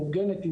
מאורגנת,